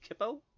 Kippo